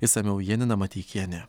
išsamiau janina mateikienė